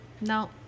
No